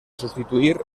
substituir